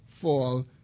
fall